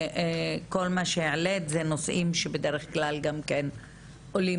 כל מה שהעלית הם נושאים שבדרך כלל גם כן עולים